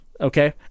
okay